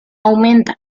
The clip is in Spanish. aumenta